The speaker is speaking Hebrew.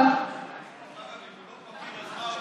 אבל, דרך אגב, אם הוא לא "פקיד", אז מה הוא?